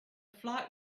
flight